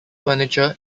furniture